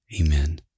Amen